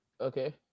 Okay